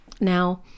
now